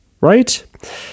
Right